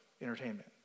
entertainment